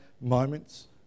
moments